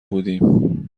بودیم